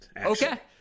Okay